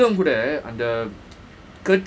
அவன் சொன்ன விதம் கூட அந்த:awan sonna vidham kooda antha